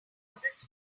this